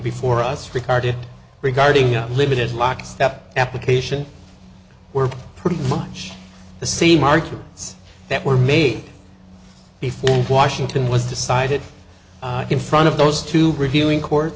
before us regarded regarding limited lockstep application were pretty much the same arguments that were made before washington was decided in front of those two reviewing court